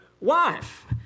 wife